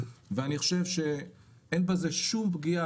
ואני חושב שאין בזה שום פגיעה,